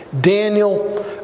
Daniel